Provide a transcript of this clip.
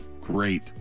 Great